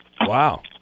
Wow